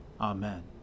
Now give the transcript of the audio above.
Amen